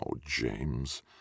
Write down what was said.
James